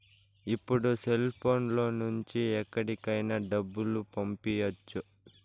ఇప్పుడు సెల్ఫోన్ లో నుంచి ఎక్కడికైనా డబ్బులు పంపియ్యచ్చు